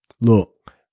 look